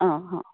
অঁ হয়